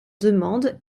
demande